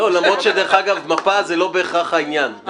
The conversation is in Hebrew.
למרות, דרך אגב, שמפה זה לא בהכרח העניין.